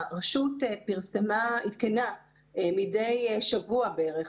הרשות עדכנה מידי שבוע בערך,